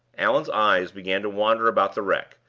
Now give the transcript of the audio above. allan's eyes began to wander about the wreck,